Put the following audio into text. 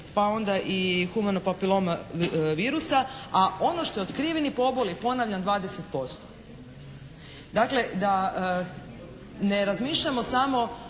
pa onda i humanog papilona virusa. A ono što je otkriveni pobol je ponavljam 20%. Dakle da ne razmišljamo samo